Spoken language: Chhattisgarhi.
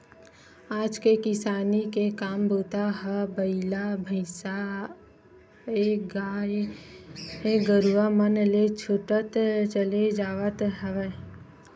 आज के किसानी के काम बूता ह बइला भइसाएगाय गरुवा मन ले छूटत चले जावत हवय